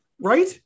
Right